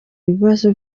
ibibazo